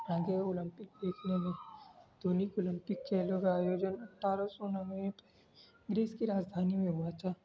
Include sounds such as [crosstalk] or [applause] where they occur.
آ گئے اولمپک دیکھنے میں [unintelligible] اولمپک کھیلوں کا آیوجن اٹھارہ سو نوے میں گریس کی راجدھانی میں ہوا تھا